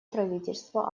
правительство